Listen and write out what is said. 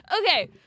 okay